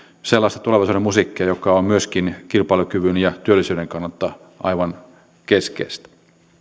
sellaista tulevaisuuden musiikkia joka on myöskin kilpailukyvyn ja työllisyyden kannalta aivan keskeistä